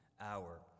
hour